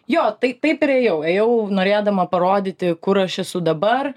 jo taip taip ir ėjau ėjau norėdama parodyti kur aš esu dabar